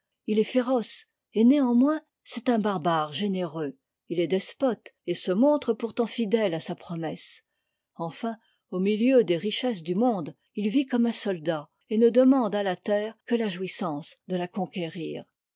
il est féroce et néanmoins c'est un barbare généreux il est despote et se montre pourtant fidèle à sa promesse enfin au milieu des richesses du monde il vit comme un soldat et ne demande à la terre que la jouissance de la conquérir